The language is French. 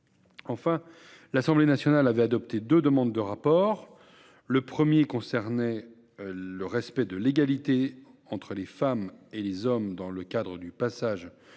Enfin, l'Assemblée nationale a adopté deux demandes de rapport. La première concernait le respect de l'égalité entre les femmes et les hommes dans le cadre du passage